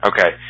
Okay